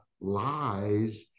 lies